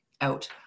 out